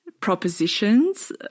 propositions